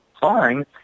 fine